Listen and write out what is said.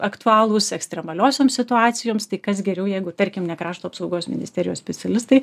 aktualūs ekstremaliosioms situacijoms tai kas geriau jeigu tarkim ne krašto apsaugos ministerijos specialistai